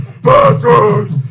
Bathrooms